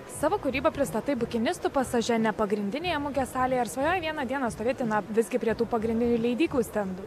savo kūrybą pristatai bukinistų pasaže ne pagrindinėje mugės salėje ar svajoji vieną dieną stovėti na visgi prie tų pagrindinių leidyklų stendų